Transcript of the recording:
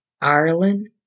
Ireland